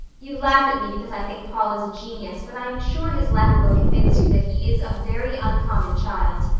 you laugh at me because i think paul is a genius but i am sure his letter will convince you that he is a very uncommon child.